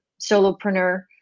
solopreneur